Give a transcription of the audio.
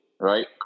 right